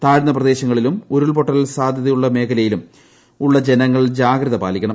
താഴ്ന്ന പ്രദേശങ്ങളിലും ഉരുൾപൊട്ടൽ സാധ്യതയുള്ള മേഖലയിലും ഉള്ള ജനങ്ങൾ ജാഗ്രത പാലിക്കണം